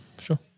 sure